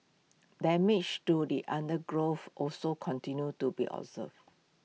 damage to the undergrowth also continues to be observed